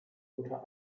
unter